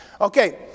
Okay